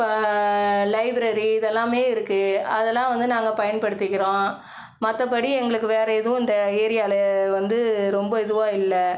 பா லைப்ரரி இதெல்லாமே இருக்குது அதெல்லாம் வந்து நாங்கள் பயன்படுத்திக்கிறோம் மற்றப்படி எங்களுக்கு வேற எதுவும் இந்த ஏரியாவில வந்து ரொம்ப இதுவாக இல்லை